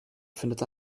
findet